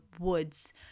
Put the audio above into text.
woods